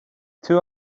two